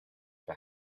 for